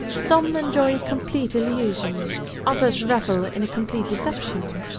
some enjoy a complete illusion others revel in a complete deception.